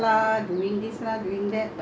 orh put the [what]